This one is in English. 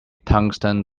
tungsten